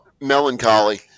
Melancholy